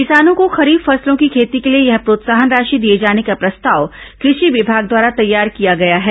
किसानों को खरीफ फसलों की खेती के लिए यह प्रोत्साहन राशि दिए जाने का प्रस्ताव कृषि विभाग द्वारा तैयार किया गया है